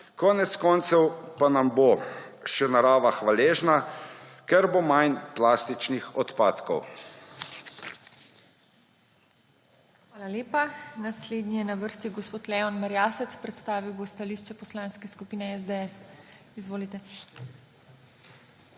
Konec koncev pa nam bo še narava hvaležna, ker bo manj plastičnih odpadkov.